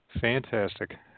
Fantastic